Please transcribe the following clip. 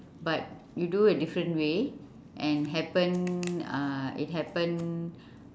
but you do a different way and happen uh it happen